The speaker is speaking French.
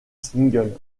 single